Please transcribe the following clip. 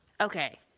okay